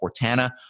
Cortana